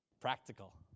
Practical